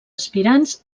aspirants